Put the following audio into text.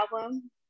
album